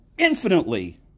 infinitely